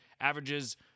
Averages